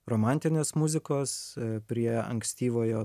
romantinės muzikos prie ankstyvojo